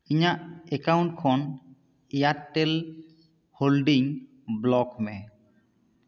ᱤᱧᱟ ᱜ ᱮᱠᱟᱣᱩᱱᱴ ᱠᱷᱚᱱ ᱮᱭᱟᱨᱴᱮᱞ ᱦᱳᱞᱰᱤᱝ ᱵᱚᱞᱚᱠ ᱢᱮ